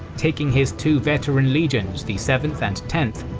taking his two veteran legions, the seventh and tenth,